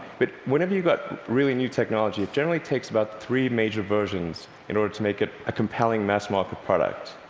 but whenever you've got really new technology, it generally takes about three major versions in order to make it a compelling mass-market product.